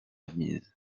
admises